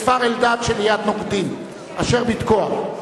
בכפר-אלדד שליד נוקדים אשר בתקוע.